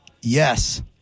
Yes